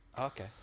okay